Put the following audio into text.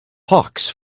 hawks